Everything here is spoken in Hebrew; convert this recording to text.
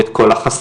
את כל החסמים.